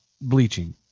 bleaching